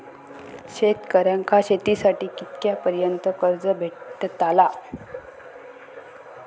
शेतकऱ्यांका शेतीसाठी कितक्या पर्यंत कर्ज भेटताला?